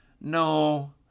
No